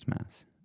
Mass